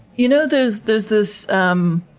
you know there's there's this um